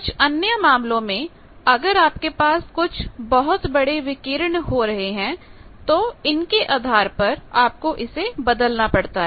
कुछ अन्य मामलों में अगर आपके पास कुछ बहुत बड़े विकिरण हो रहे हैं तो इनके आधार पर आपको इसे बदलना पड़ता है